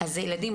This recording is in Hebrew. דיברת על סיעוד,